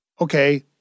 Okay